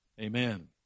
Amen